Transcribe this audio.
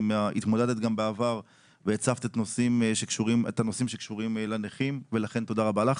התמודדת גם בעבר והצפת נושאים שקשורים לנכים ולכן תודה רבה לך.